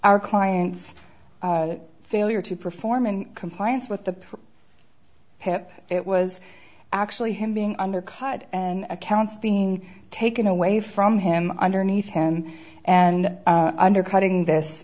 our client's failure to perform in compliance with the pep it was actually him being undercut and accounts being taken away from him underneath hand and undercutting this